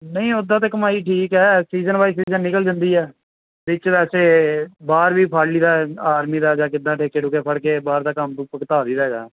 ਨਹੀਂ ਉਦਾਂ ਤਾਂ ਕਮਾਈ ਠੀਕ ਹੈ ਸੀਜ਼ਨ ਵਾਈਜ਼ ਚੀਜ਼ਾਂ ਨਿਕਲ ਜਾਂਦੀ ਹੈ ਵਿੱਚ ਵੈਸੇ ਬਾਹਰ ਵੀ ਫੜ੍ਹ ਲਈਦਾ ਆਰਮੀ ਦਾ ਜਾਂ ਕਿੱਦਾਂ ਠੇਕੇ ਠੁਕੇ ਫੜ੍ਹ ਕੇ ਬਾਹਰ ਦਾ ਕੰਮ ਭੁਗਤਾ ਦੀ ਦਾ ਹੈਗਾ